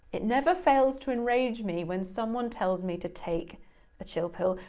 it never fails to enrage me when someone tells me to take a chill pill.